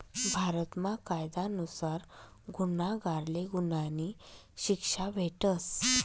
भारतमा कायदा नुसार गुन्हागारले गुन्हानी शिक्षा भेटस